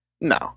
No